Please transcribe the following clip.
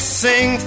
sing